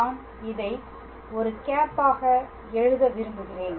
நான் இதை ஒரு கேப் ஆக எழுத விரும்புகிறேன்